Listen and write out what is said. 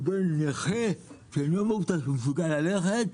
ובין נכה שאינו מרותק ומסוגל ללכת,